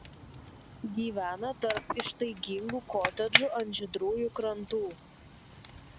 gyvena tarp ištaigingų kotedžų ant žydrųjų krantų